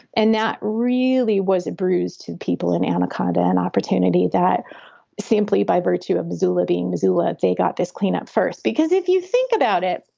and that really was a bruise to people in anaconda, an opportunity that simply by virtue of missoula being missoula, they got this cleanup first because if you think about it,